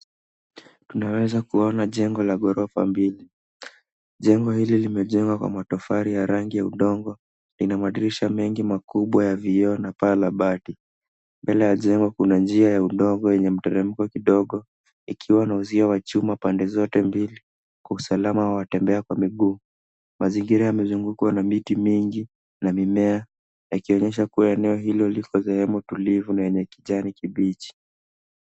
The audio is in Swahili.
Tunaweza kuona jengo la ghorofa mbili. Jengo hili limejengwa kwa matofali ya rangi ya udongo, inamadirisha mengi makubwa ya vioo na paa la bati. Mbele ya jengo kuna njia ya udongo yenye mteremko mdogo ikiwa na uzio wa chuma pande zote mbili kwa usalama wa watembea kwa miguu. Mazingira yamezungukwa na miti mingi na mimea, ikionesha kuwa eneo hilo liko sehemu tulivu na yenye kijani kibichi.